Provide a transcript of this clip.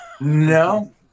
No